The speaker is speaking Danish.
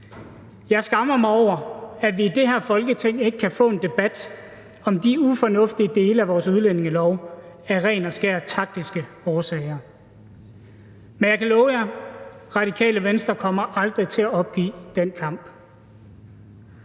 af taktiske årsager i det her Folketing ikke kan få en debat om de ufornuftige dele af vores udlændingelov. Men jeg kan love jer, at Radikale Venstre aldrig kommer til at opgive den kamp.